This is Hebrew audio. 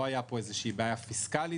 לא היה פה איזושהי בעיה פיסקאלית,